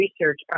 research